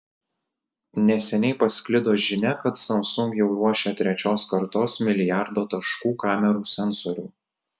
neseniai pasklido žinia kad samsung jau ruošia trečios kartos milijardo taškų kamerų sensorių